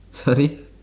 sorry